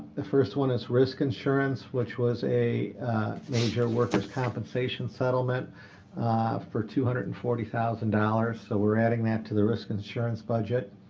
the first one is risk insurance, which was a major worker's compensation settlement for two hundred and forty thousand dollars. so we're adding that to the risk insurance budget.